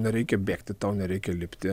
nereikia bėgti tau nereikia lipti